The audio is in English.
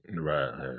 Right